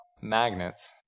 magnets